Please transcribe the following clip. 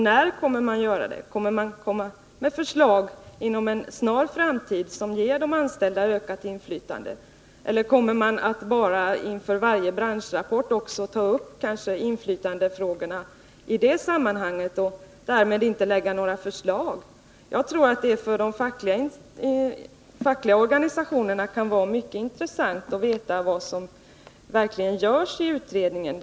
När kommer man att göra det? Kommer utredningen att inom en snar framtid lägga fram förslag om att ge de anställda ökat inflytande, eller kommer man bara att behandla inflytandefrågorna i samband med varje 143 branschrapport och därmed inte lägga fram några förslag? Jag tror att det kan vara mycket intressant för de fackliga organisationerna att veta vad som verkligen görs i utredningen.